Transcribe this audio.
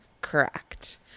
Correct